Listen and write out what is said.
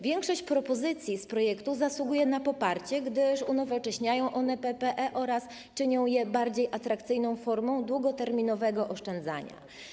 Większość propozycji z projektu zasługuje na poparcie, gdyż unowocześniają one PPE oraz czynią je bardziej atrakcyjną formą długoterminowego oszczędzania.